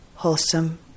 wholesome